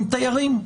הם תיירים,